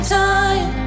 time